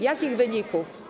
Jakich wyników?